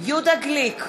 יהודה גליק,